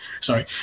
Sorry